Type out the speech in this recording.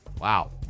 Wow